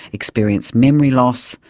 experience memory loss,